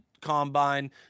combine